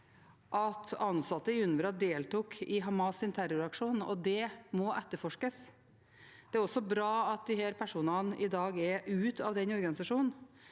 at ansatte i UNRWA deltok i Hamas’ terroraksjon, og det må etterforskes. Det er bra at de personene i dag er ute av organisasjonen,